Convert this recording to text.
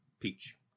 Peach